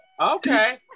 Okay